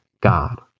God